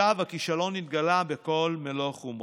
ועכשיו הכישלון נתגלה בכל מלוא חומרתו.